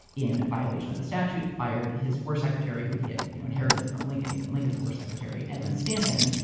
in violation of the statute, fired his war secretary, who he had you know inherited from lincoln, he had been lincoln's war secretary, edwin stanton.